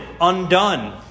undone